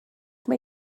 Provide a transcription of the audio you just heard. mae